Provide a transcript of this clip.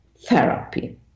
therapy